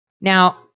Now